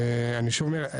אני שוב אומר,